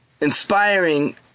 inspiring